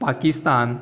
Pakistan